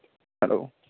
hello